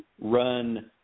run